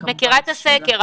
את מכירה את הסקר,